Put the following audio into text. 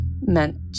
meant